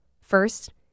First